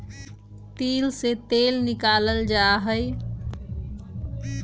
तिल से तेल निकाल्ल जाहई